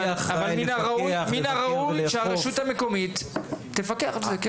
אבל מן הראוי שהרשות המקומית תפקח על זה.